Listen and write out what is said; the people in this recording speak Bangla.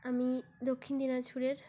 আমি দক্ষিণ দিনাজপুরের